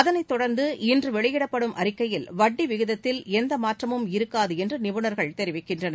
இதனை தொடர்ந்து இன்று வெளியிடப்படும் அறிக்கையில் வட்டி வகிதத்தில் எந்த மாற்றமும் இருக்காது என்று நிபுணர்கள் தெரிவிக்கின்றனர்